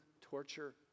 torture